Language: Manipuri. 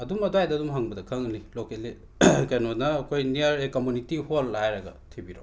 ꯑꯗꯨꯝ ꯑꯗꯨꯋꯥꯏꯗ ꯑꯗꯨꯝ ꯍꯪꯕꯗ ꯈꯪꯉꯅꯤ ꯂꯣꯀꯦꯂꯤ ꯀꯩꯅꯣꯅ ꯑꯩꯈꯣꯏ ꯅꯤꯌꯥꯔ ꯑꯦ ꯀꯝꯃꯨꯅꯤꯇꯤ ꯍꯣꯜ ꯍꯥꯏꯔꯒ ꯊꯤꯕꯤꯔꯛꯑꯣ